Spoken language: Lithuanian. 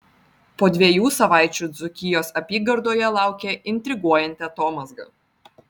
po dviejų savaičių dzūkijos apygardoje laukia intriguojanti atomazga